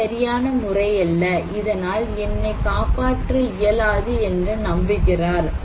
அது சரியான முறை அல்ல இதனால் என்னை காப்பாற்ற இயலாது என்று நம்புகிறார்